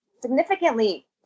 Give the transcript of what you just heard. significantly